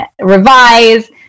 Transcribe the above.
revise